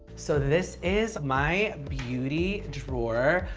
so this is my beauty drawer.